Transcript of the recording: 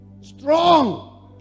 strong